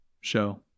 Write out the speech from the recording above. show